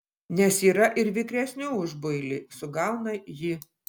nes yra ir vikresnių už builį sugauna ji